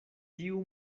tiu